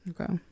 Okay